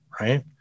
Right